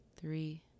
Three